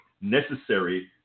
necessary